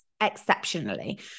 exceptionally